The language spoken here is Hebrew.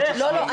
לא,